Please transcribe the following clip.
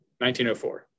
1904